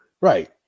right